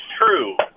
true